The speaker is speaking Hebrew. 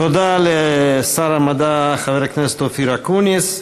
תודה לשר המדע חבר הכנסת אופיר אקוניס.